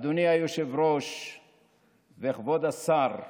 אדוני היושב-ראש וכבוד שר הבריאות,